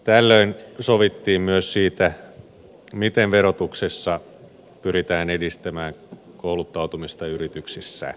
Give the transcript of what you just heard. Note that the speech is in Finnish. tällöin sovittiin myös siitä miten verotuksessa pyritään edistämään kouluttautumista yrityksissä